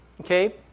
okay